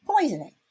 poisoning